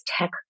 tech